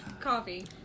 Coffee